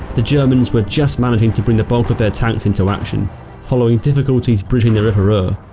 the germans were just managing to bring the bulk of their tanks into action following difficulties bridging the river our.